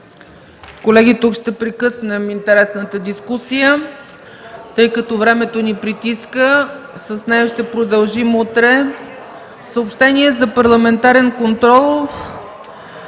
Колеги, тук ще прекъснем интересната дискусия, тъй като времето ни притиска. С дискусията ще продължим утре. Съобщения за парламентарен контрол: